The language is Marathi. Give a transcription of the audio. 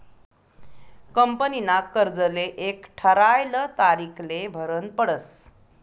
कंपनीना कर्जले एक ठरायल तारीखले भरनं पडस